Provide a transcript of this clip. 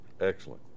Excellent